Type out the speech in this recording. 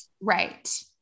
Right